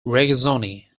regazzoni